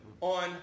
on